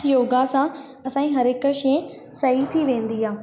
योगा सां असांजी हर हिक शइ सही थी वेंदी आहे